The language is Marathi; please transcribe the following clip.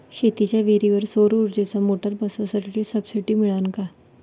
शेतीच्या विहीरीवर सौर ऊर्जेची मोटार बसवासाठी सबसीडी मिळन का?